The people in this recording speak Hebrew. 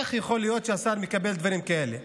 איך יכול להיות שהשר מקבל דברים כאלה?